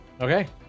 okay